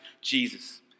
Jesus